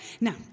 Now